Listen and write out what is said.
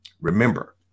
Remember